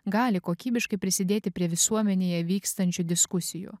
gali kokybiškai prisidėti prie visuomenėje vykstančių diskusijų